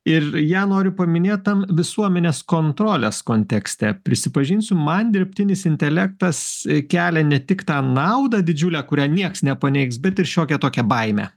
ir ją noriu paminėt tam visuomenės kontrolės kontekste prisipažinsiu man dirbtinis intelektas kelia ne tik tą naudą didžiulę kurią niekas nepaneigs bet ir šiokią tokią baimę